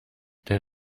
der